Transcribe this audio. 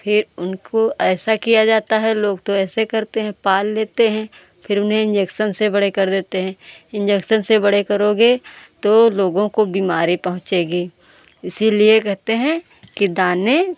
फिर उनको ऐसा किया जाता है लोग तो ऐसा करते हैं पाल लेते हैं फिर उन्हें इंजेक्शन से बड़े कर देते हैं इंजेक्शन से बड़े करोगे तो लोगों को बीमारी पहुँचेगी इसीलिए कहते हैं कि दाने